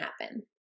happen